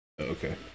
Okay